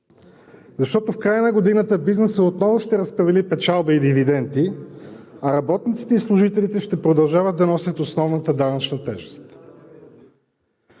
Защото в края на годината бизнесът отново ще разпредели печалба и дивиденти, а работниците и служителите ще продължават да носят основната данъчна тежест.